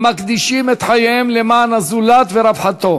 המקדישים את חייהם למען הזולת ורווחתו